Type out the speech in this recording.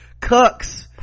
cucks